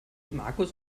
markus